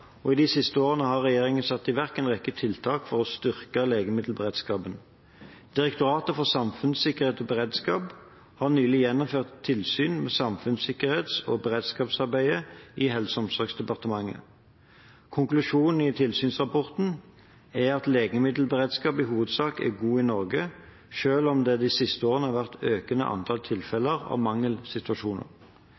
og de siste årene har regjeringen satt i verk en rekke tiltak for å styrke legemiddelberedskapen. Direktoratet for samfunnssikkerhet og beredskap har nylig gjennomført tilsyn med samfunnssikkerhets- og beredskapsarbeidet i Helse- og omsorgsdepartementet. Konklusjonen i tilsynsrapporten er at legemiddelberedskapen i hovedsak er god i Norge, selv om det de siste årene har vært et økende antall